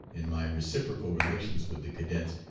in my reciprocal relations with the cadets,